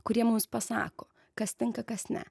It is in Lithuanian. kurie mums pasako kas tinka kas ne